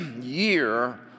year